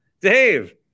Dave